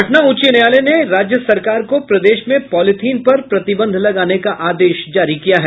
पटना उच्च न्यायालय ने राज्य सरकार को प्रदेश में पॉलीथीन पर प्रतिबंध लगाने का आदेश जारी किया है